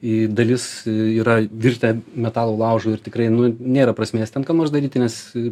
į dalis yra virtę metalo laužu ir tikrai nu nėra prasmės ten ką nors daryti nes